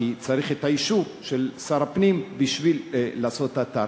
כי צריך את האישור של שר הפנים בשביל לעשות אתר.